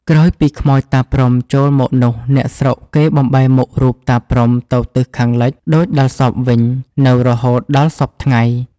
ក្រោយពីខ្មោចតាព្រហ្ម ចូលមកនោះអ្នកស្រុកគេបំបែរមុខរូបតា ព្រហ្ម ទៅទិសខាងលិចដូចដល់សព្វវិញ នៅរហូតដល់សព្វថ្ងៃ ។